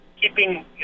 keeping